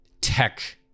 tech